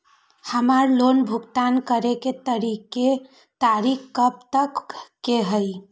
हमार लोन भुगतान करे के तारीख कब तक के हई?